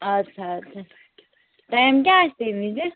اَدٕ سا اَدٕ سا ٹایم کیٛاہ آسہِ تَمہِ وِزِ